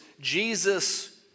Jesus